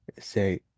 say